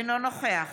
אינו נוכח